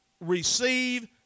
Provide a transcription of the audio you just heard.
receive